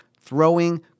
throwing